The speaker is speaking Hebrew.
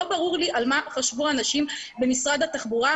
לא ברור לי על מה חשבו אנשים במשרד התחבורה,